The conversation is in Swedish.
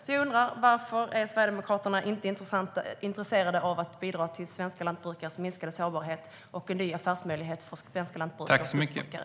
Så jag undrar: Varför är Sverigedemokraterna inte intresserade av att bidra till svenska lantbrukares minskade sårbarhet och en ny affärsmöjlighet för svenska lantbrukare?